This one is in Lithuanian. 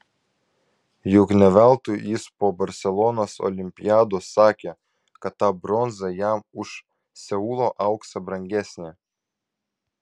juk ne veltui jis po barselonos olimpiados sakė kad ta bronza jam už seulo auksą brangesnė